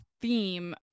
theme